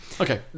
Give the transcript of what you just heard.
Okay